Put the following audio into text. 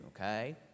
Okay